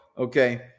Okay